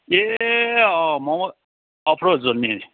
ए अँ म अप्रोज हो नि